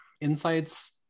insights